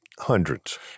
Hundreds